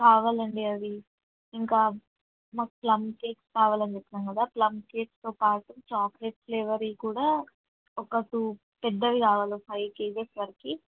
కావాలండి అవి ఇంకా మాకు ప్లం కేక్స్ కావాలని చెప్పాను కదా ప్లం కేక్స్తో పాటు చాక్లెట్ ఫ్లేవర్వి కూడా ఒక టూ పెద్దవి కావాలి ఫైవ్ కేజెస్ వరకు